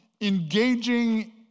engaging